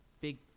big